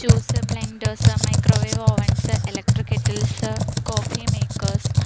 juice blenders microwave ovens electric kettles coffee makers